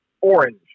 orange